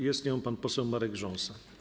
Jest nią pan poseł Marek Rząsa.